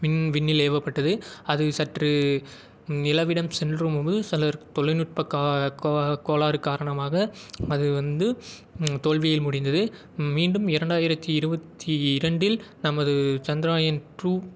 விண் விண்ணில் ஏவப்பட்டது அது சற்று நிலவிடம் சென்ற போது செல தொழிற்நுட்ப கோளாறு காரணமாக அது வந்து தோல்வியில் முடிந்தது மீண்டும் இரண்டாயிரத்து இருபத்தி இரண்டில் நமது சந்திராயன் டூ